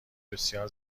بسیار